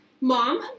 mom